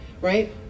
right